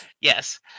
yes